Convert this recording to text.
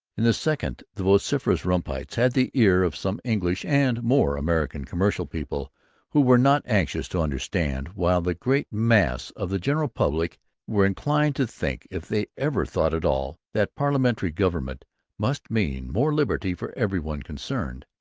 in the second, the vociferous rumpites had the ear of some english and more american commercial people who were not anxious to understand while the great mass of the general public were inclined to think, if they ever thought at all, that parliamentary government must mean more liberty for every one concerned.